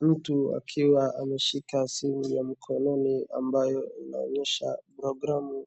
Mtu akiwa ameshika simu ya mkononi ambayo inaonyesha programu